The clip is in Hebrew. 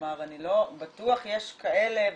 כלומר בטוח יש כאלה,